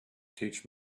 teach